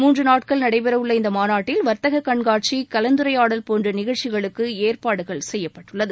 மூன்று நாட்கள் நடைபெறவுள்ள இந்த மாநாட்டில் வர்த்தக கண்காட்சி கலந்துரையாடல் போன்ற நிகழ்ச்சிகளுக்கு ஏற்பாடு செய்யப்பட்டுள்ளது